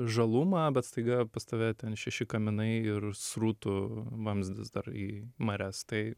žalumą bet staiga pas tave ten šeši kaminai ir srutų vamzdis dar į marias tai